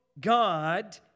God